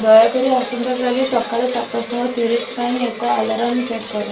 ଦୟାକରି ଆସନ୍ତାକାଲି ସକାଳ ସାତଶହ ତିରିଶି ପାଇଁ ଏକ ଆଲାରାମ୍ ସେଟ୍ କର